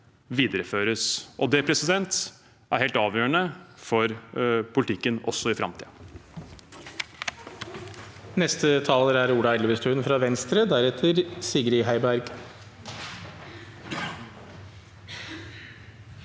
Det er helt avgjørende for politikken også i framtiden.